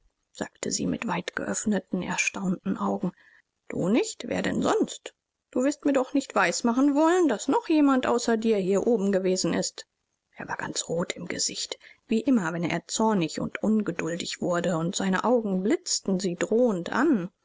sagte sie mit weit geöffneten erstaunten augen du nicht wer denn sonst du wirst mir doch nicht weismachen wollen daß noch jemand außer dir hier oben gewesen ist er war ganz rot im gesicht wie immer wenn er zornig und ungeduldig wurde und seine augen blitzten sie drohend an